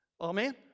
Amen